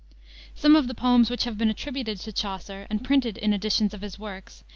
some of the poems which have been attributed to chaucer and printed in editions of his works,